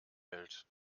hält